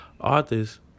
Authors